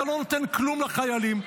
אתה לא נותן כלום לחיילים,